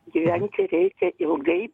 gyventi reikia ilgai